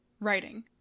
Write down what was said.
writing